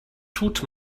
tut